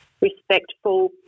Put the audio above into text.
respectful